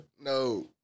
no